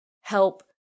help